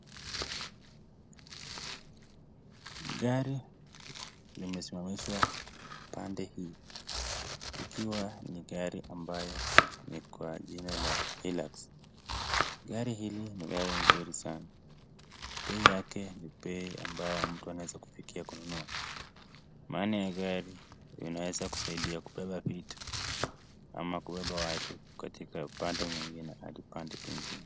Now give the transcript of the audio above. Gari limesimamishwa pande hii, likiwa ni gari ambaye ni kwa jina la HIluxe. Gari hili ni gari nzuri sana. Bei yake ni bei ambayo mtu anaweza kufikia kununua, maana hii gari inaweza kusaidia kubeba vitu ama kubeba watu katika upande mwingine hadi upande pengine.